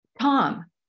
Tom